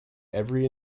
every